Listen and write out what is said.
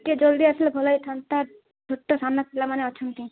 ଟିକେ ଜଲ୍ଦି ଆସିଲେ ଭଲ ହୋଇଥାନ୍ତା ଛୋଟ ସାନ ପିଲାମାନେ ଅଛନ୍ତି